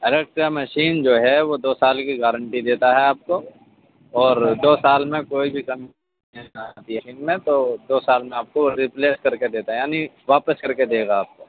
Electra machine جو ہے وہ دو سال کی گارنٹی دیتا ہے آپ کو اور دو سال میں کوئی بھی کمپنی کا میں تو دو سال میں آپ کو ریپلیس کر کے دیتا ہے یعنی واپس کر کے دیگا آپ کو